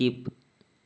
skip